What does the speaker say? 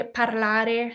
parlare